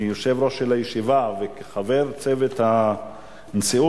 כיושב-ראש של הישיבה וכחבר צוות הנשיאות,